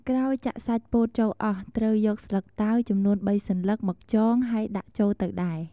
ក្រោយចាក់សាច់ពោតចូលអស់ ត្រូវយកស្លឹកតើយចំនួនបីសន្លឹកមកចងហើយដាក់ចូលទៅដែរ។